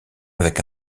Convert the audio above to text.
avec